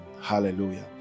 hallelujah